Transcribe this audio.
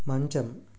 మంచం